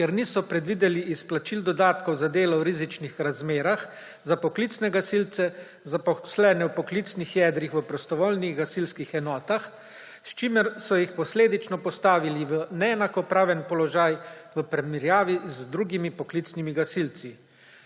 ker niso predvideli izplačil dodatkov za delo v rizičnih razmerah za poklicne gasilce, zaposlene v poklicnih jedrih v prostovoljnih gasilskih enotah, s čimer so jih posledično postavili v neenakopraven položaj v primerjavi z drugimi poklicnimi gasilci.